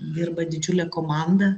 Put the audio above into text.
dirba didžiulė komanda